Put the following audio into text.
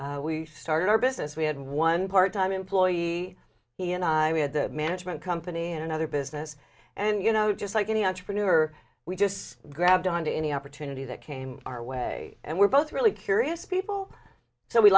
and we started our business we had one part time employee he and i had the management company and another business and you know just like any entrepreneur we just grabbed on to any opportunity that came our way and we're both really curious people so we